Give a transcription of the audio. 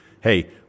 Hey